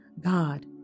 God